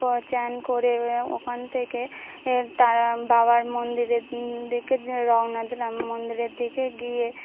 চান করে ওখান থেকে তারা বাবার মন্দিরের দিকে যে রওনা রাম মন্দিরের দিকে গিয়ে